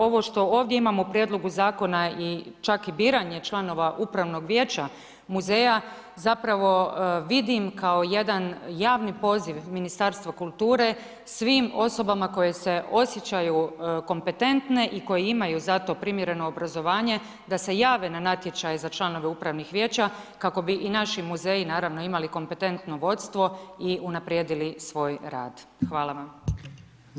Ovo što ovdje imamo u prijedlog zakona i čak i biranje članova upravnog vijeća muzeja, zapravo vidim kao jedan javni poziv Ministarstvu kulture, svim osobama koje se osjećaju kompetentne i koje imaju za to primjereno obrazovanje da se jave na natječaj za članove upravnih vijeća kako bi i naši muzeji, naravno, imali kompetentno vodstvo i unaprijedili svoj rad.